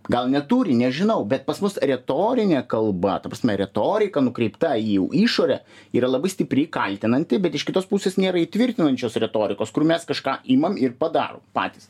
gal neturi nežinau bet pas mus retorinė kalba ta prasme retorika nukreipta į jau išorę yra labai stipriai kaltinanti bet iš kitos pusės nėra įtvirtinančios retorikos kur mes kažką imam ir padarom patys